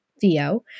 Theo